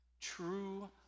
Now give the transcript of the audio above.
True